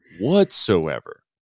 whatsoever